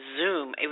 Zoom